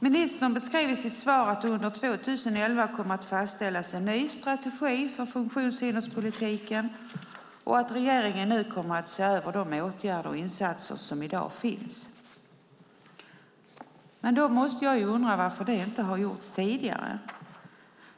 Ministern beskriver i sitt svar att det under 2011 kommer att fastställas en ny strategi för funktionshinderspolitiken och att regeringen nu kommer att se över de åtgärder och insatser som i dag finns. Då måste jag undra varför det inte har gjorts tidigare.